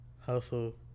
hustle